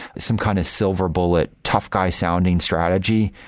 some kind of silver bullet, tough guy sounding strategy,